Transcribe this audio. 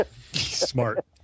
Smart